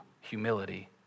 humility